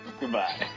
Goodbye